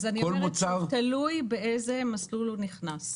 תלוי באיזה מסלול הוא נכנס.